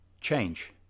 Change